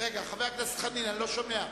חבר הכנסת חנין, אני לא שומע.